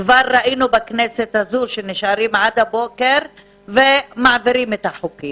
כבר ראינו בכנסת הזאת שנשארים עד הבוקר ומעבירים את החוקים.